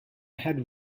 had